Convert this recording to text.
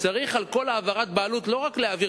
על כל העברת בעלות צריך לא רק להעביר